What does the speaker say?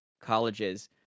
colleges